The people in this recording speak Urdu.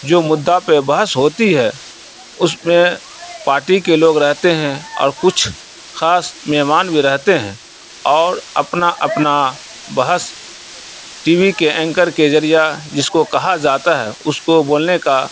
جو مدعا پہ بحث ہوتی ہے اس میں پارٹی کے لوگ رہتے ہیں اور کچھ خاص مہمان بھی رہتے ہیں اور اپنا اپنا بحث ٹی وی کے اینکر کے ذریعہ جس کو کہا جاتا ہے اس کو بولنے کا